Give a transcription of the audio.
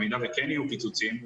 במידה וכן יהיו פיצוצים,